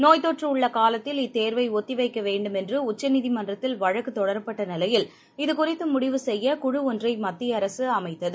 நோய்த் தொற்றுஉள்ளகாலத்தில் இத்தேர்வைஒத்திவைக்கவேண்டுமென்றுஉச்சநீதிமன்றத்தில் வழக்குதொடரப்பட்டநிலையில் இதுகுறித்துமுடிவு செய்ய குழு ஒன்றைமத்தியஅரசுஅமைத்தது